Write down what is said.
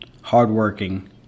hardworking